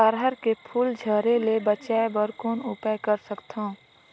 अरहर के फूल झरे ले बचाय बर कौन उपाय कर सकथव?